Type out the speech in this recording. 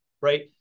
Right